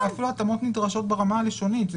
אפילו התאמות נדרשות ברמה הלשונית.